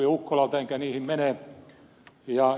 ukkolalta enkä niihin mene